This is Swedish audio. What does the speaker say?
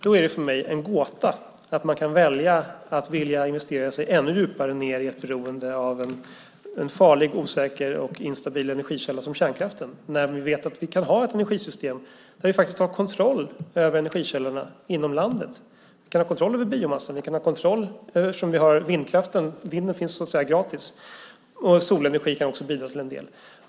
Det är för mig en gåta att man kan välja att investera sig ännu djupare ned i ett beroende av en farlig, osäker och instabil energikälla som kärnkraften när vi vet att vi kan ha ett energisystem där vi har kontroll över energikällorna inom landet. Vi kan ha kontroll över biomassan. Vinden är gratis. Solenergin kan också bidra till en del.